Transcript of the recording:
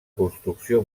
construcció